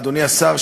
אדוני השר,